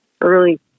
early